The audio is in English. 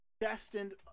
destined